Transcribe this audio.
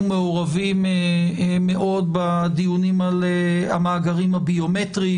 מעורבים מאוד בדיונים על המאגרים הביומטריים.